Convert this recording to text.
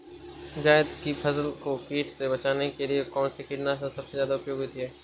जायद की फसल को कीट से बचाने के लिए कौन से कीटनाशक सबसे ज्यादा उपयोगी होती है?